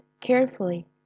carefully